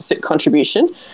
contribution